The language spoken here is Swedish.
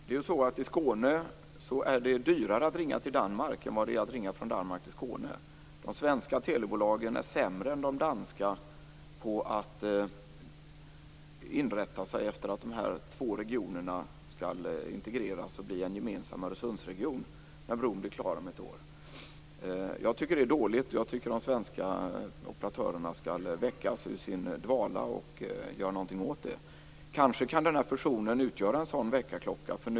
Fru talman! Det är dyrare att ringa från Skåne till Danmark än det är att ringa från Danmark till Skåne. De svenska telebolagen är sämre än de danska på att inrätta sig efter att dessa två regioner skall integreras och bli en gemensam Öresundsregion när bron blir klar om ett år. Jag tycker att det är dåligt. Jag tycker att de svenska operatörerna skall väckas ur sin dvala och göra någonting åt det. Kanske kan den här fusionen utgöra en sådan väckarklocka.